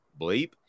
bleep